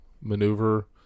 maneuver